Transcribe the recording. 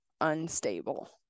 unstable